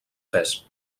pes